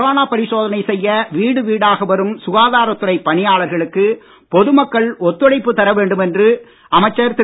corona பரிசோதனை செய்ய வீடு வீடாக வரும் சுகாதாரத் துறை பணியாளர்களுக்கு பொது மக்கள் ஒத்துழைக்க வேண்டும் என்று சுகாதாரத் துறை அமைச்சர் திரு